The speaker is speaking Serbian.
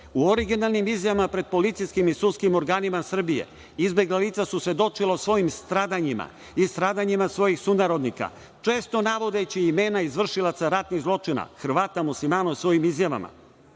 U originalnim izjavama pred policijskim i sudskim organima Srbije izbegla lica su svedočila o svojim stradanjima i stradanjima svojih sunarodnika, često navodeći imena izvršilaca ratnih zločina, Hrvata i Muslimana, u svojim